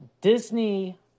Disney